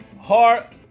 heart